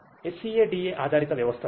SCADA ఆధారిత వ్యవస్థలు